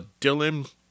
Dylan